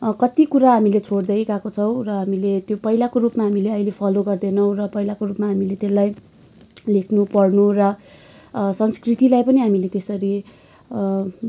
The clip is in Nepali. कति कुरा हामीले छोड्दै गएको छौँ र हामीले त्यो पहिलाको रूपमा हामीले अहिले त्यो फलो गर्दैनौँ र पहिलाको रूपमा हामीले त्यसलाई लेख्नु पढ्नु र संस्कृतिलाई पनि हामीले त्यसरी